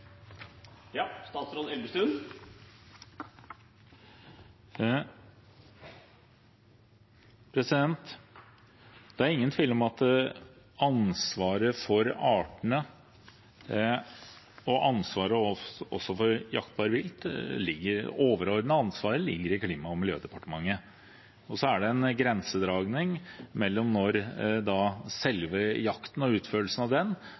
Det er ingen tvil om at ansvaret for artene og også ansvaret for jaktbart vilt, det overordnede ansvaret, ligger i Klima- og miljødepartementet. Og så er det en grensedragning av når selve jakten er, og utførelsen av den